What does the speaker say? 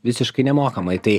visiškai nemokamai tai